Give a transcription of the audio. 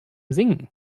singen